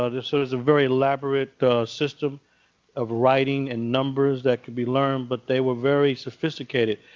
ah this so is a very elaborate system of writing and numbers that could be learned. but they were very sophisticated.